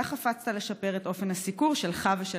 אתה חפצת לשפר את אופן הסיקור שלך ושל